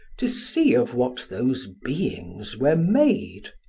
to see of what those beings were made.